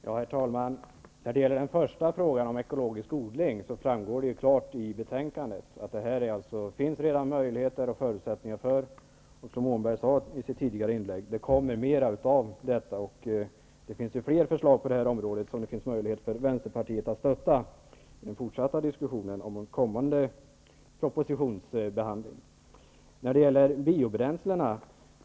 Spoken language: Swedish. Herr talman! När det gäller den första frågan om ekologisk odling, framgår det klart i betänkandet att det redan finns möjligheter och förutsättningar. Som Åhnberg sade i sitt tidigare inlägg, kommer det mer om dessa frågor. Det finns fler förslag på det här området som det finns möjlighet för Vänsterpartiet att stötta i den fortsatta diskussionen och i en kommande propositionsbehandling. Vidare har vi frågan om biobränslen.